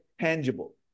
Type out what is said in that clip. tangible